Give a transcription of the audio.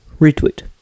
retweet